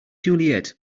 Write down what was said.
juliet